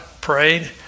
prayed